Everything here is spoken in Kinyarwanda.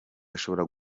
ashobora